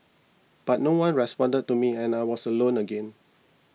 but no one responded to me and I was alone again